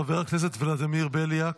חבר הכנסת ולדימיר בליאק,